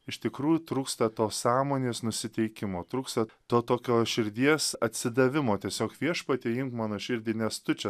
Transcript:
iš tikrų trūksta to sąmonės nusiteikimo trūksta to tokio širdies atsidavimo tiesiog viešpatie imk mano širdį nes tu čia